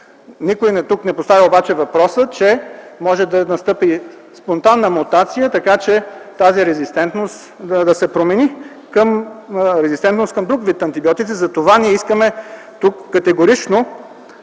Никой тук не постави обаче въпроса, че може да настъпи спонтанна мутация, така че тази резистентност да се промени към резистентност към друг вид антибиотици. Затова ние искаме тук категорично